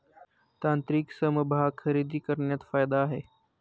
तांत्रिक समभाग खरेदी करण्यात फायदा आहे